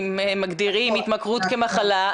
אם מגדירים התמכרות כמחלה,